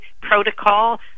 protocol